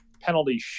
penalty